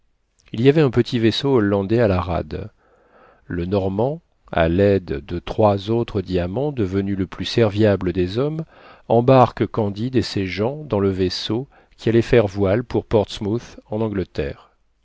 il y avait un petit vaisseau hollandais à la rade le normand à l'aide de trois autres diamants devenu le plus serviable des hommes embarque candide et ses gens dans le vaisseau qui allait faire voile pour portsmouth en angleterre